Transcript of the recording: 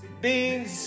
beans